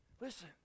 listen